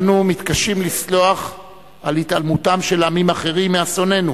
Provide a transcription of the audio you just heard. אנו מתקשים לסלוח על התעלמותם של עמים אחרים מאסוננו,